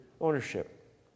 ownership